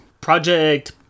Project